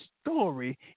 story